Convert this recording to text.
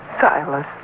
Silas